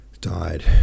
died